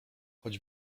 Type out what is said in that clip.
chodź